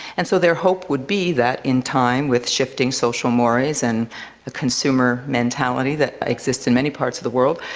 and so their hope would be that in time with shifting social mores and a consumer mentality that exists in many parts of the world,